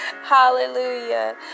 Hallelujah